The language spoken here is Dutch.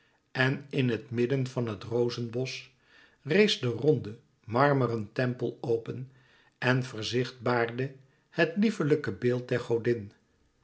en in het midden van het rozenbosch rees de ronde marmeren tempel open en verzichtbaarde het lieflijke beeld der godin